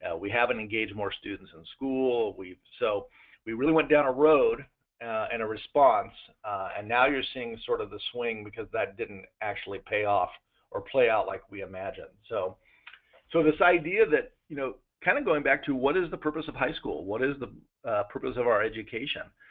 and we haven't engaged more students in school, so we really went down a road in and a response and now you're seeing sort of the swing because that didn't actually pay off or play out like we imagined. so so this idea that you know kind of going back to what is the purpose of high school, what is the purpose of our education.